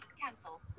cancel